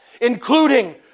including